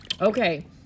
Okay